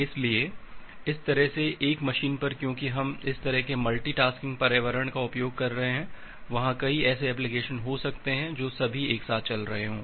इसलिए इस तरह से एक मशीन पर क्योंकि हम इस तरह के मल्टी टास्किंग पर्यावरण का उपयोग कर रहे हैं वहाँ कई ऐसे एप्लीकेशन हो सकते हैं जो सभी एक साथ चल रहे हों